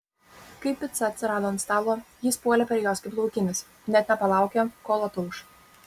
kai pica atsirado ant stalo jis puolė prie jos kaip laukinis net nepalaukė kol atauš